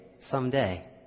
someday